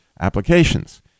applications